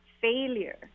failure